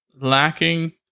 lacking